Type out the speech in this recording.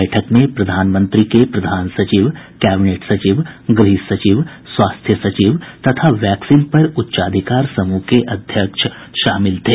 बैठक में प्रधानमंत्री के प्रधान सचिव कैबिनेट सचिव गृहसचिव स्वास्थ्य सचिव तथा वैक्सीन पर उच्चाधिकार समूह के अध्यक्ष शामिल थे